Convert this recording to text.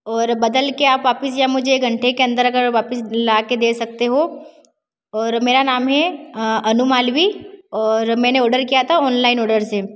और बदल कर आप वापस या मुझे घन्टे के अन्दर अगर वापस ला कर दे सकते हो और मेरा नाम है अनु मालवी और मैंने ऑर्डर किया था ऑनलाइन ऑर्डर से